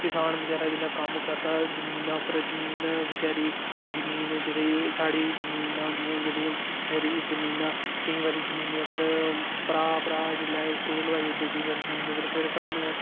किसान बचारा जिसलै कम्म करदा जमीना उप्पर जमीन बचेरी जमीन जेहड़ी साढ़ी जमीना होंदियां जेहडि़यां फिर जमीना केंई बारी जमीने उप्पर भ्रां भ्रां जिसलै स्टे लुआई ओड़दे केई बारी जमीने उप्पर फिर स्हानू